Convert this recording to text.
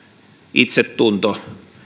itsetunto